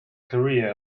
career